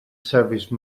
service